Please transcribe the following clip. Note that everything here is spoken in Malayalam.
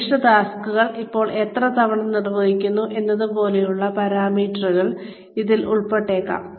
നിർദ്ദിഷ്ട ടാസ്ക്കുകൾ എപ്പോൾ എത്ര തവണ നിർവ്വഹിക്കുന്നു എന്നതുപോലുള്ള പരാമീറ്ററുകൾ ഇതിൽ ഉൾപ്പെട്ടേക്കാം